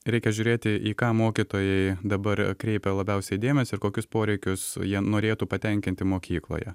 reikia žiūrėti į ką mokytojai dabar kreipia labiausiai dėmesį ir kokius poreikius jie norėtų patenkinti mokykloje